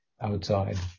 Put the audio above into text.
outside